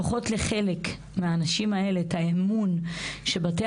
לפחות לחלק מהנשים האלה את האמון שבתי